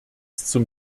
zum